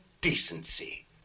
decency